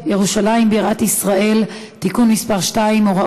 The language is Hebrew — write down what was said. מיכאלי, יעל גרמן, מיכל רוזין, תמר זנדברג ויואל